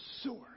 sewer